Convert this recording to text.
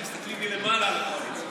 אנחנו מסתכלים מלמעלה על הקואליציה.